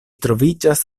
troviĝas